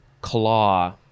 claw